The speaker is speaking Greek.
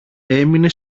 έμεινε